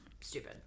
stupid